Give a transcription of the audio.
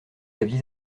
aviez